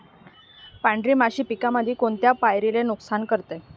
पांढरी माशी पिकामंदी कोनत्या पायरीले नुकसान करते?